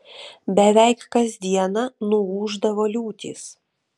beveik kas dieną nuūždavo liūtys